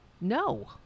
no